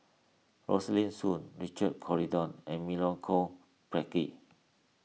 Rosaline Soon Richard Corridon and Milenko Prvacki